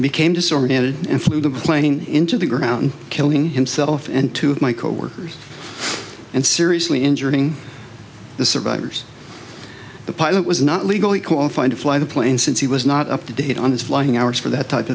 became disoriented and flew the plane into the ground killing himself and two of my coworkers and seriously injuring the survivors the pilot was not legally qualified to fly the plane since he was not up to date on his flying hours for that type